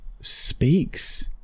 speaks